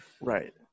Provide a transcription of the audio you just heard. Right